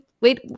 Wait